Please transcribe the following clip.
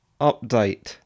update